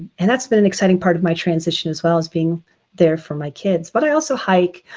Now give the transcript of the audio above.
and that's been an exciting part of my transition as well as being there for my kids. but i also hike,